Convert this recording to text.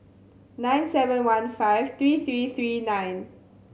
nine seven one five three three three nine